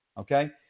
Okay